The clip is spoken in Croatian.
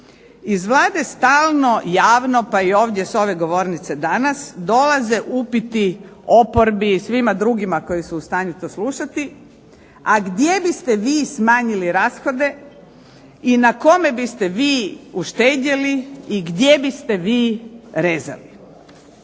iz Vlade stalno javno pa i ovdje s ove govornice danas dolaze upiti oporbi i svima drugima koji su u stanju to slušati, a gdje biste vi smanjili rashode i na kome biste vi uštedjeli i gdje biste vi rezali?